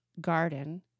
garden